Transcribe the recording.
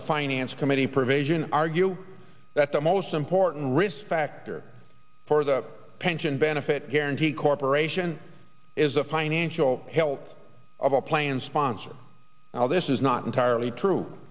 the finance committee provision argue that the most important risk factor for the pension benefit guaranty corporation is the financial health of a planned sponsored now this is not entirely true